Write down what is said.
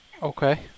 Okay